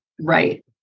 right